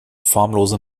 formlose